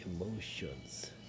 emotions